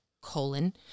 colon